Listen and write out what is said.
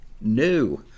New